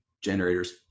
generators